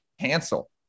cancel